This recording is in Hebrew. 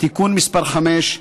(תיקון מס' 5),